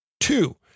Two